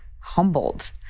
humbled